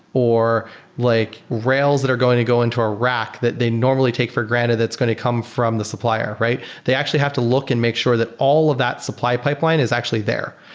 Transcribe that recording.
or like rails that are going to go into a rack that they normally take for granted that's going to come from the supplier. they actually have to look and make sure that all of that supply pipeline is actually there.